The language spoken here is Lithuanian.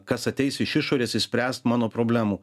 kas ateis iš išorės išspręst mano problemų